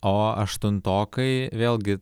o aštuntokai vėlgi